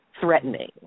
threatening